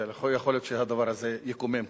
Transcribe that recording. ויכול להיות שהדבר הזה יקומם גם,